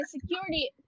security